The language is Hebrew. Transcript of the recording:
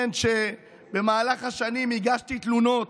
שבמהלך השנים הגשתי תלונות: